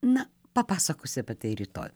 na papasakosiu apie tai rytoj